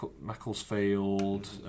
Macclesfield